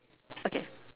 okay